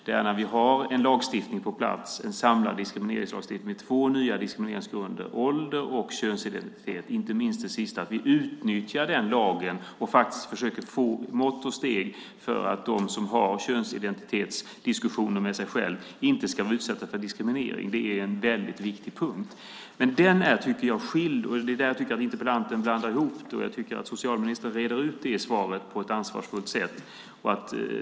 När vi har en lagstiftning på plats, en samlad diskrimineringslagstiftning, med två nya diskrimineringsgrunder - ålder och könsidentitet, inte minst det sista - ska vi utnyttja den lagen och försöka vidta mått och steg för att de som har könsidentitetsdiskussioner med sig själva inte ska utsättas för diskriminering. Det är en väldigt viktig punkt. Där tycker jag att interpellanten blandar ihop det, och socialministern reder ut det på ett ansvarsfullt sätt i svaret.